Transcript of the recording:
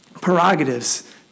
prerogatives